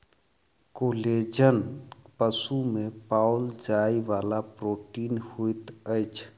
collagen पशु में पाओल जाइ वाला प्रोटीन होइत अछि